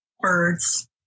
Birds